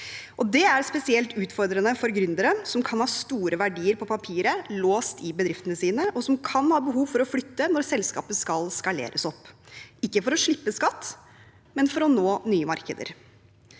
Det er spesielt utfordrende for gründere som kan ha store verdier på papiret låst i bedriftene sine, og som kan ha behov for å flytte når selskapet skal skaleres opp – ikke for å slippe skatt, men for å nå nye markeder.